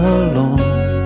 alone